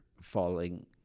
falling